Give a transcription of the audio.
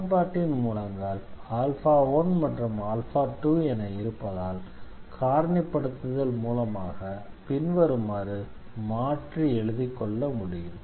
சமன்பாட்டின் மூலங்கள் 1 மற்றும் 2 என இருப்பதால் காரணிப்படுத்துதல் மூலமாக பின்வருமாறு மாற்றி எழுதிக் கொள்ள முடியும்